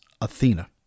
Athena